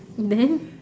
then